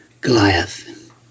Goliath